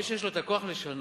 מי שיש לו את הכוח לשנות,